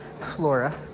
Flora